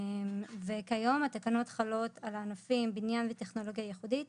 כיום התקנות חלות על הענפים בניין וטכנולוגיה ייחודית,